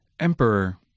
Emperor